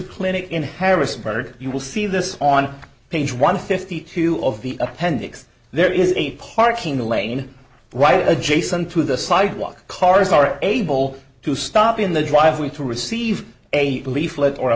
clinic in harrisburg you will see this on page one fifty two of the appendix there is a parking lane right adjacent to the sidewalk cars are able to stop in the driveway to receive a leaflet or a